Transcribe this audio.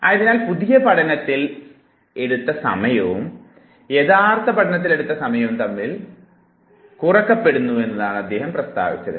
ആയതിനാൽ പുതിയ പഠനത്തിൽ എടുത്ത സമയവും യഥാർത്ഥ പഠനത്തിൽ എടുത്ത സമയവും തമ്മിൽ കുറക്കപ്പെടുന്നു എന്നതാണ് അദ്ദേഹം പ്രസ്താവിച്ചത്